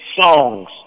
songs